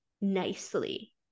nicely